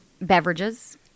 beverages